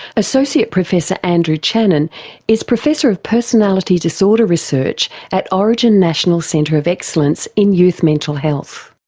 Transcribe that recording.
associate professor andrew channen is professor of personality disorder research at orygen national centre of excellence in youth mental health.